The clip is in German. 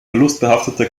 verlustbehaftete